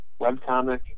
webcomic